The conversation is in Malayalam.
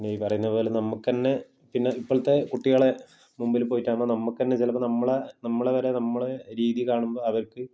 ഈ പറയുന്നതുപോലെ നമുക്കുതന്നെ പിന്നെ ഇപ്പോഴത്തെ കുട്ടികളുടെ മുമ്പില് പോയിട്ടാകുമ്പേ നമുക്കുതന്നെ ചിലപ്പോള് നമ്മളുടെ നമ്മളുടെ വരെ നമ്മളുടെ രീതി കാണുമ്പോള് അവർക്ക്